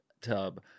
tub